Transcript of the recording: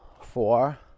four